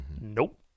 Nope